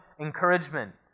encouragement